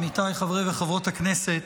עמיתיי חברי וחברות הכנסת,